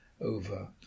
over